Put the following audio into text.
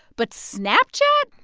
but snapchat?